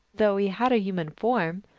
though he had a human form.